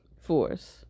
force